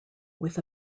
with